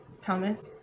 Thomas